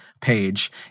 page